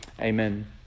Amen